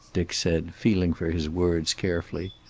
dick said, feeling for his words carefully.